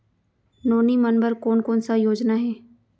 नोनी मन बर कोन कोन स योजना हे?